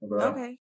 Okay